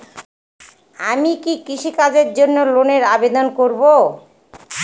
আমি কি কৃষিকাজের জন্য লোনের আবেদন করব?